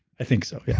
i think so, yeah